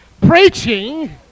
preaching